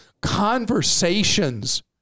Conversations